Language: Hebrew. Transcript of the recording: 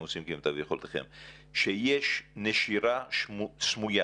עושים כמיטב יכולתכם - שיש נשירה סמויה